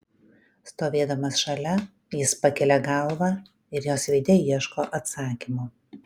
stovėdamas šalia jis pakelia galvą ir jos veide ieško atsakymo